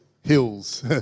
hills